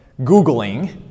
Googling